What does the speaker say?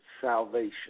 salvation